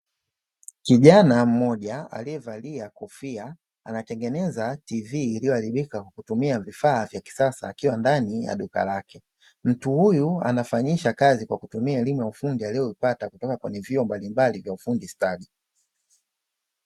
Kijana mmoja aliyevalia kofia anatengeneza "TV" iliyoharibika na kutumia vifaa vya kisasa ndani ya duka lake, mtu huyu anafanyisha kazi kwa kutumia elimu ya ufundi aliyoipata kuta kwenye vyuo mbalimbali vya ufundi stadi.